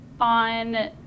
On